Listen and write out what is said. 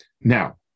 Now